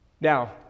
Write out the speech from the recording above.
Now